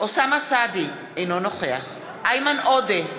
אוסאמה סעדי, אינו נוכח איימן עודה,